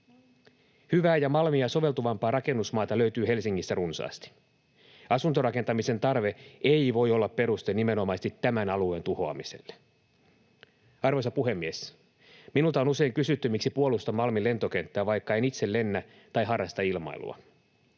Hyvää ja Malmia soveltuvampaa rakennusmaata löytyy Helsingissä runsaasti. Asuntorakentamisen tarve ei voi olla peruste nimenomaisesti tämän alueen tuhoamiselle. Arvoisa puhemies! Minulta on usein kysytty, miksi puolustan Malmin lentokenttää, vaikka en itse lennä tai harrasta ilmailua.